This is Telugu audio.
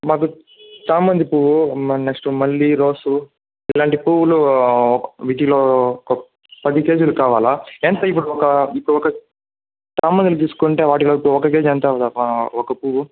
మాకు చామంతి పువ్వూ మ నెక్స్ట్ మల్లీ రోసు ఇలాంటి పువ్వులు వీటిలో ఒక పది కేజీలు కావాలి ఎంత ఇప్పుడు ఒక ఒక చామంతిని తీసుకుంటే వాటికవు ఒక కేజీ ఎంత ఒక పువ్వు